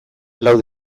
lau